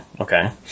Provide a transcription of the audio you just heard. Okay